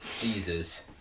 Jesus